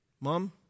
Mom